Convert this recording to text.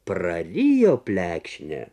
prarijo plekšnę